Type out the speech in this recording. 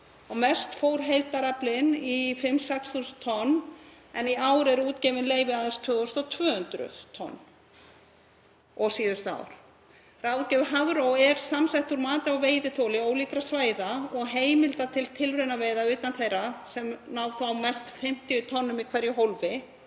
Mest fór heildaraflinn í 5.000–6.000 tonn en í ár eru útgefin leyfi aðeins 2.200 tonn og síðustu ár. Ráðgjöf Hafró er samsett úr mati á veiðiþoli ólíkra svæða og heimilda til tilraunaveiða utan þeirra sem ná þá mest 50 tonnum í hverju hólfi.